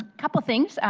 couple of things,